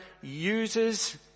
uses